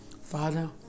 father